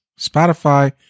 Spotify